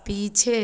पीछे